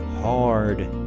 hard